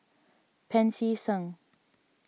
Pancy Seng